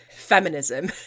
feminism